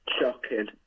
Shocking